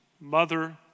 mother